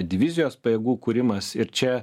divizijos pajėgų kūrimas ir čia